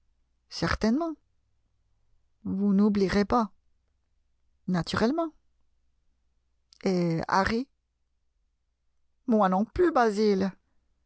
certainement vous n'oublierez pas naturellement et harry moi non plus basil